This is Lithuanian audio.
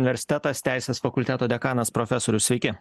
universitetas teisės fakulteto dekanas profesoriau sveiki